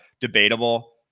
debatable